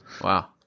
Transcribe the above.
Wow